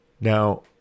Now